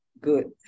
Good